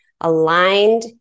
aligned